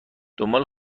دنبال